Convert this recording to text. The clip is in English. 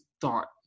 thought